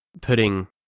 putting